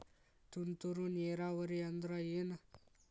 ತುಂತುರು ನೇರಾವರಿ ಅಂದ್ರ ಏನ್?